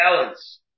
balance